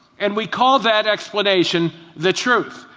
and we call that explanation the truth.